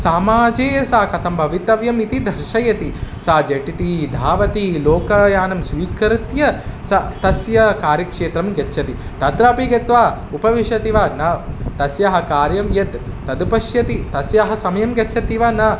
सामाजे सा कथं भवितव्यमिति दर्शयति सा झटिति धावतं लोकयानं स्वीकृत्य सा तस्याः कार्यक्षेत्रं गच्छति तत्रापि गत्वा उपविशति वा न तस्याः कार्यं यद् तद् पश्यति तस्याः समयं गच्छति वा न